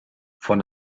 von